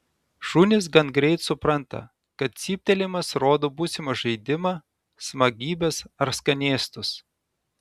šunys gan greit supranta kad cyptelėjimas rodo būsimą žaidimą smagybes ar skanėstus